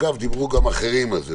ודיברו גם אחרים על זה,